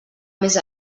més